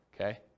okay